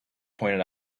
pointed